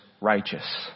righteous